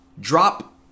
drop